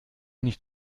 nicht